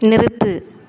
நிறுத்து